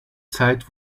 zeit